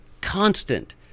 constant